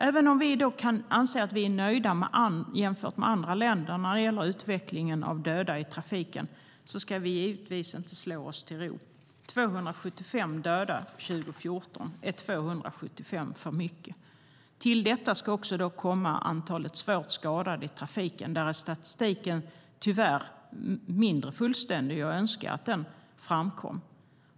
Även om vi kan vara relativt nöjda jämfört med andra länder när det gäller utvecklingen av antalet döda i trafiken ska vi givetvis inte slå oss till ro. 275 döda 2014 är 275 för många. Till detta kommer antalet svårt skadade i trafiken. Här är statistiken tyvärr mindre fullständig, och jag önskar att den var bättre.